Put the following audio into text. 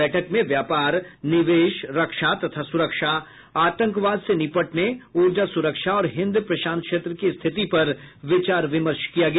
बैठक में व्यापार निवेश रक्षा तथा सुरक्षा आतंकवाद से निपटने ऊर्जा सुरक्षा और हिंद प्रशांत क्षेत्र की स्थिति पर विचार विमर्श किया गया